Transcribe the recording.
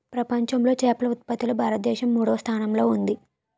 ప్రపంచంలో చేపల ఉత్పత్తిలో భారతదేశం మూడవ స్థానంలో ఉంది